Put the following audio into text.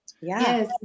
yes